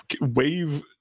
wave